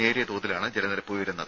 നേരിയ തോതിലാണ് ജലനിരപ്പ് ഉയരുന്നത്